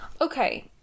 Okay